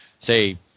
say